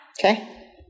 Okay